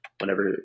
whenever